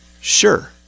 sure